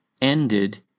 ended